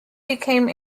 became